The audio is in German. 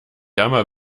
armer